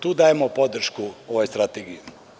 Tu dajemo podršku ovoj strategiji.